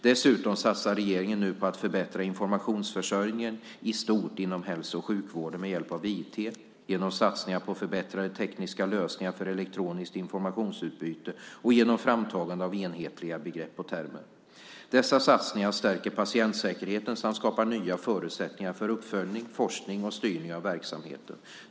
Dessutom satsar regeringen nu på att förbättra informationsförsörjningen i stort inom hälso och sjukvården med hjälp av IT, genom satsningar på förbättrade tekniska lösningar för elektroniskt informationsutbyte och genom framtagande av enhetliga begrepp och termer. Dessa satsningar stärker patientsäkerheten samt skapar nya förutsättningar för uppföljning, forskning och styrning av verksamheten.